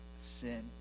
sin